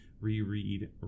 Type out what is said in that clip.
reread